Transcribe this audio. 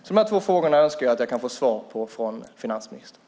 De här två frågorna önskar jag få svar på från finansministern.